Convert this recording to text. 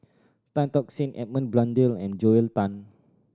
Tan Tock Seng Edmund Blundell and Joel Tan